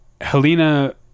Helena